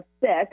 six